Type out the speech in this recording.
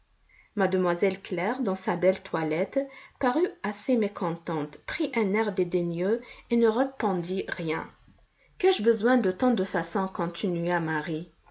mademoiselle claire dans sa belle toilette parut assez mécontente prit un air dédaigneux et ne répondit rien qu'ai-je besoin de tant de façons continua marie